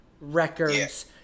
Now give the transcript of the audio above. records